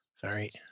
Sorry